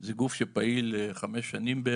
זה גוף שפעיל בערך חמש שנים.